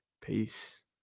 Peace